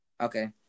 Okay